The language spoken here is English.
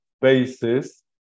basis